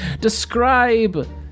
Describe